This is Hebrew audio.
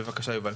בבקשה, יובל.